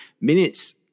minutes